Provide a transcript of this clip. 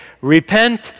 Repent